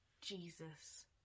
Jesus